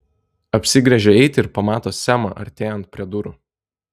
apsigręžia eiti ir pamato semą artėjant prie durų